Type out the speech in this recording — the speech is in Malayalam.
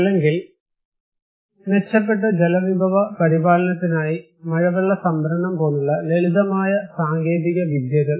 അല്ലെങ്കിൽ മെച്ചപ്പെട്ട ജലവിഭവ പരിപാലനത്തിനായി മഴവെള്ള സംഭരണം പോലുള്ള ലളിതമായ സാങ്കേതികവിദ്യകൾ